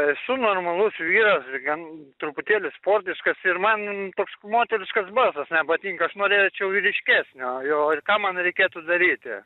esu normalus vyras gan truputėlį sportiškas ir man toks moteriškas balsas nepatinka aš norėčiau ryškesnio jo ir ką man reikėtų daryti